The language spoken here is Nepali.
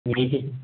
ए